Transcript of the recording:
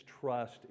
trust